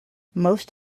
most